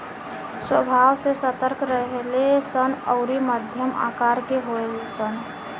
स्वभाव से सतर्क रहेले सन अउरी मध्यम आकर के होले सन